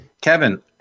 Kevin